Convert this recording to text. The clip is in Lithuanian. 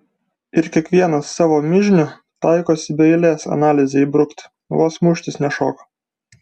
ir kiekvienas savo mižnių taikosi be eilės analizei įbrukti vos muštis nešoka